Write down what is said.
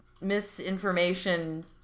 misinformation